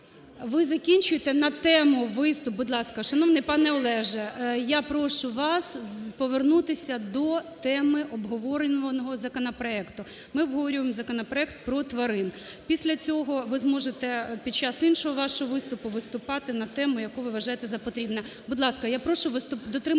ви закінчуйте на тему виступ, будь ласка. Шановний пане Олеже, я прошу вас повернутися до теми обговорюваного законопроекту. Ми обговорюємо законопроект про тварин. Після цього ви зможете під час іншого вашого виступу виступати на тему, яку ви вважаєте за потрібне. Будь ласка, я прошу дотримуватися